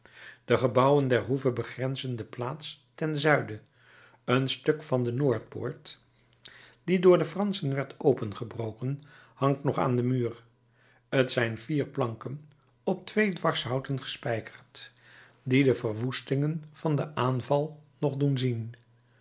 de gebouwen der hoeve begrenzen de plaats ten zuiden een stuk van de noordpoort die door de franschen werd opengebroken hangt nog aan den muur t zijn vier planken op twee dwarshouten gespijkerd die de verwoestingen van den aanval nog doen zien